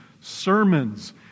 sermons